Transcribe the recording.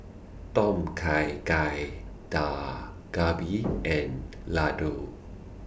Tom Kha Gai Dak Galbi and Ladoo